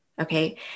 okay